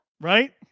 right